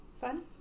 fun